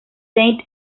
saint